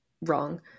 wrong